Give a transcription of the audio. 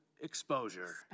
Exposure